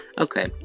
Okay